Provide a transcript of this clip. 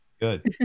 Good